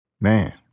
Man